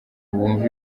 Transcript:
bumva